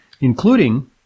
including